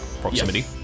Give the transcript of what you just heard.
proximity